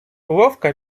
ловка